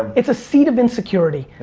it's a seed of insecurity,